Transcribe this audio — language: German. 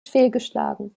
fehlgeschlagen